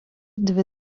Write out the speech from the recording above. dvi